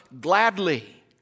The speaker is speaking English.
gladly